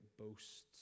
boasts